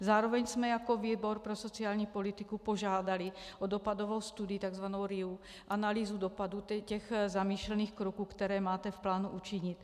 Zároveň jsme jako výbor pro sociální politiku požádali o dopadovou studii, tzv. RIA, analýzu dopadů těch zamýšlených kroků, které máte v plánu učinit.